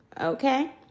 okay